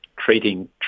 treating